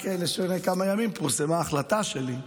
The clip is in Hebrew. רק לפני כמה ימים פורסמה החלטה שלי,